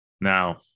now